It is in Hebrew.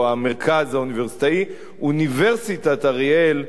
או "המרכז האוניברסיטאי" אוניברסיטת אריאל,